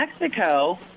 Mexico